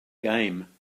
game